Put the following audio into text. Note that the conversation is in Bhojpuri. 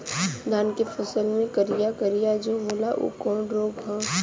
धान के फसल मे करिया करिया जो होला ऊ कवन रोग ह?